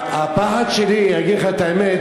טוב שיש לנו, הפחד שלי, אגיד לך את האמת,